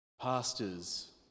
Pastors